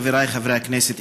חבריי חברי הכנסת,